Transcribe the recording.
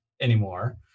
anymore